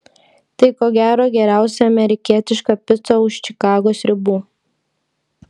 tai ko gero geriausia amerikietiška pica už čikagos ribų